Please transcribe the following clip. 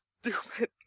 stupid